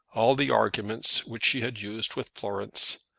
all the arguments which she had used with florence,